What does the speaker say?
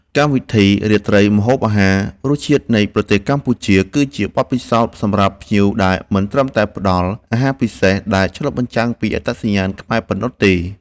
កម្មវិធីរាត្រីម្ហូបអាហារ “រសជាតិនៃប្រទេសកម្ពុជា” គឺជាបទពិសោធន៍សម្រាប់ភ្ញៀវដែលមិនត្រឹមតែផ្តល់ អាហារពិសេសដែលឆ្លុះបញ្ចាំងពីអត្តសញ្ញាណខ្មែរប៉ុណ្ណោះទេ